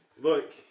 Look